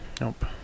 Nope